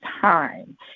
time